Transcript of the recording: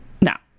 Now